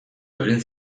egin